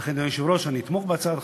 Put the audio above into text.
ולכן, אדוני היושב-ראש, אתמוך בהצעת החוק.